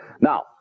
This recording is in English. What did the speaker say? Now